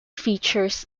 features